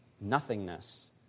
nothingness